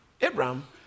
Abraham